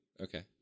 Okay